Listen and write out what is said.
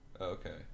Okay